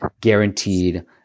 guaranteed